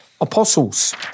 apostles